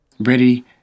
ready